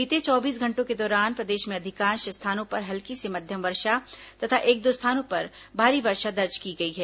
बीते चौबीस घंटों के दौरान प्रदेश में अधिकांश स्थानों पर हल्की से मध्यम वर्षा तथा एक दो स्थानों पर भारी वर्षा दर्ज की गई है